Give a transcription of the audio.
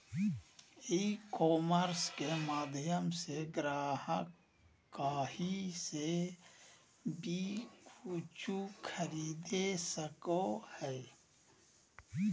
ई commerce के माध्यम से ग्राहक काही से वी कूचु खरीदे सको हइ